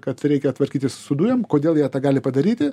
kad reikia tvarkytis su dujom kodėl jie tą gali padaryti